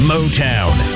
Motown